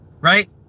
Right